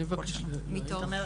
אני מבקש לדבר.